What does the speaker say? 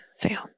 fail